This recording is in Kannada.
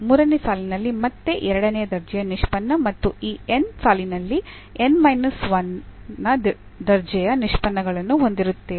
ಮೂರನೇ ಸಾಲಿನಲ್ಲಿ ಮತ್ತೆ ಎರಡನೇ ದರ್ಜೆಯ ನಿಷ್ಪನ್ನ ಮತ್ತು ಈ n ನೇ ಸಾಲಿನಲ್ಲಿ n ಮೈನಸ್ 1 ನೇ ದರ್ಜೆಯ ನಿಷ್ಪನ್ನಗಳನ್ನು ಹೊಂದಿರುತ್ತೇವೆ